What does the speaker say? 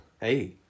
hey